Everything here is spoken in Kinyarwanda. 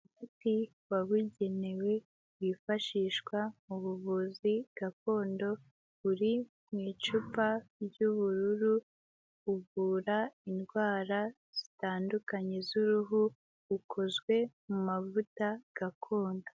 Umuti wabugenewe wifashishwa mu buvuzi gakondo uri mu icupa ry'ubururu, uvura indwara zitandukanye z'uruhu, ukozwe mu mavuta gakondo.